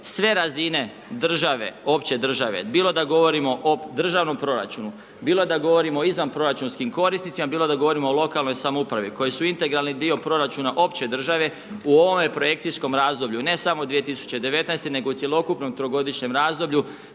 sve razine države opće države, bilo da govorimo o državnom proračunu, bilo da govorimo o izvanproračunskim korisnicima, bilo da govorimo o lokalnoj samoupravi, koji su integralni dio proračuna opće države, u ovome projekcijskom razdoblju ne samo 2019. nego cjelokupnomu trogodišnjem razdoblju,